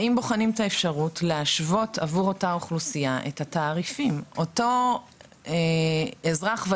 האם בוחנים את האפשרות להשוות את התעריפים עבור אותה אוכלוסייה?